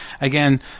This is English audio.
again